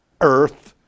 earth